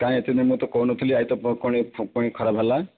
କାହିଁ ଏତେ ଦିନରୁ ତ କହୁନଥିଲି ଆଜିତ କ'ଣ କ'ଣ ପୁଣି ଖରାପ ବାହାରିଲା